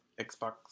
Xbox